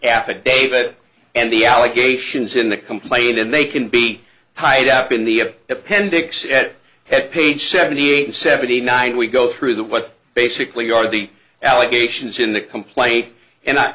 affidavit and the allegations in the complaint and they can be tied up in the appendix it had page seventy eight and seventy nine we go through that what basically are the allegations in the complaint and i